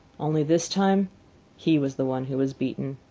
only this time he was the one who was beaten.